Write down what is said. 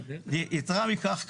יתרה מכך,